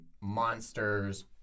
monsters